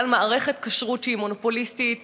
בגלל מערכת כשרות שהיא מונופוליסטית,